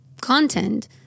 content